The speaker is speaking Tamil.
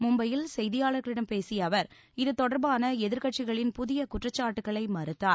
மும்பையில் செய்தியாளர்களிடம் பேசிய அவர் இதுதொடர்பான எதிர்க்கட்சிகளின் புதிய குற்றச்சாட்டுகளை மறுத்தார்